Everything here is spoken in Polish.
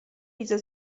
widzę